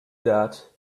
that